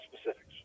specifics